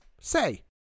say